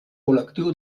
col·lectiu